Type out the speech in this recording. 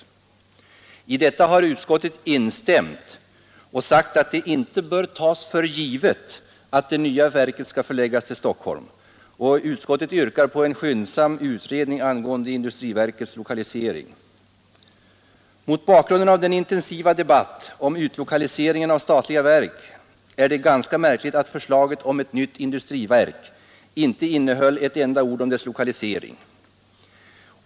I denna uppfattning har utskottet instämt och sagt att det inte bör tas för givet att det nya verket skall förläggas till Stockholm. Utskottet yrkar på en skyndsam utredning angående industriverkets lokalisering. Mot bakgrund av den intensiva debatten om utlokaliseringen av statliga verk är det ganska märkligt att förslaget om ett nytt industriverk inte innehöll ett enda ord om dess lokalisering.